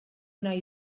nahi